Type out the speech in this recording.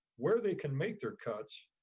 where they can make their cuts,